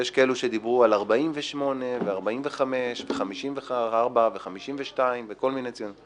יש כאלו שדיברו על 48 ו-45 ו-54 ו-52 וכל מיני ציונים,